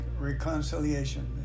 reconciliation